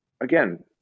Again